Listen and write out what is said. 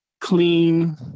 clean